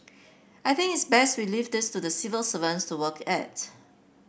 I think it's best we leave this to the civil servants to work at